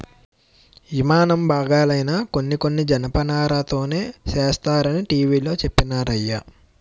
యిమానం బాగాలైనా కొన్ని కొన్ని జనపనారతోనే సేస్తరనీ టీ.వి లో చెప్పినారయ్య